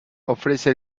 ofrece